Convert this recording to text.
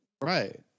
Right